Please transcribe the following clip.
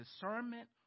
discernment